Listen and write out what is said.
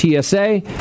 TSA